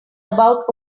about